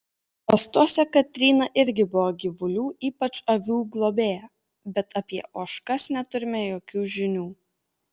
estuose katryna irgi buvo gyvulių ypač avių globėja bet apie ožkas neturime jokių žinių